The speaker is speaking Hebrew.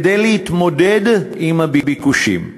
כדי להתמודד עם הביקושים,